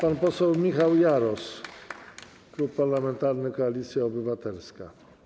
Pan poseł Michał Jaros, Klub Parlamentarny Koalicja Obywatelska.